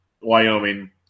Wyoming